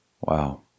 Wow